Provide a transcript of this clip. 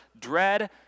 dread